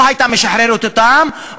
הייתה משחררת אותם,